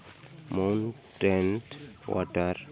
mountain water